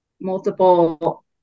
multiple